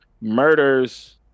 murders